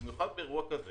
במיוחד באירוע כזה